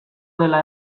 dela